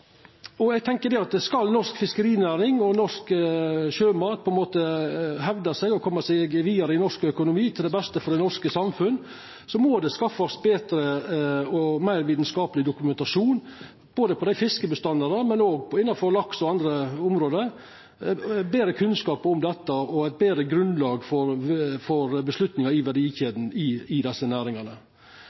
tid. Eg tenkjer at dette òg er viktige forskingsmiljø, som vi òg bør kunna lytta til i framtida. Skal norsk fiskerinæring og norsk sjømat hevda seg og koma seg vidare i norsk økonomi, til beste for det norske samfunnet, må ein skaffa seg betre og meir vitskapleg dokumentasjon, både om fiskebestandane og om laks og andre område. Ein må skaffa seg betre kunnskap om dette og ha eit betre grunnlag for avgjerder i verdikjeda i desse næringane.